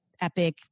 epic